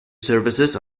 services